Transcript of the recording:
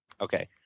Okay